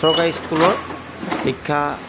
চৰকাৰী স্কুলৰ শিক্ষা